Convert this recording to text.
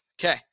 Okay